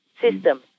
system